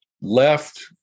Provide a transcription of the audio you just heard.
left